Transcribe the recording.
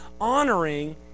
honoring